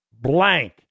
blank